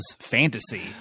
fantasy